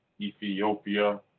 Ethiopia